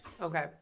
Okay